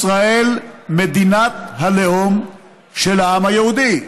"ישראל, מדינת הלאום של העם היהודי".